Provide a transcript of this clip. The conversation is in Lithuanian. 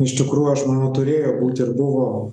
iš tikrųjų aš manau turėjo būt ir buvo